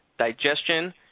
digestion